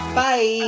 Bye